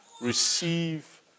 receive